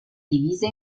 divise